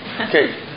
Okay